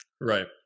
Right